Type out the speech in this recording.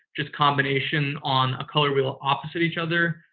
just combination on a color wheel opposite each other,